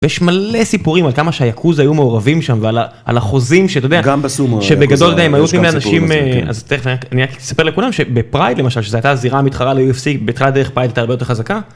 ויש מלא סיפורים על כמה שהיאקוזה היו מעורבים שם ועל החוזים שאתה יודע, גם בסומו. שבגדול גם היו כאן סיפורים. אז תכף אני אספר לכולם שבפרייד למשל, שזו הייתה זירה מתחרה ל-UFC, בהתחלה דרך פרייד הייתה הרבה יותר חזקה.